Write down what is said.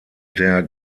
der